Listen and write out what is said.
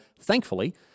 thankfully